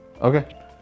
Okay